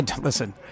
Listen